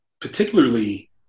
particularly